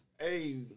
Hey